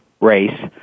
race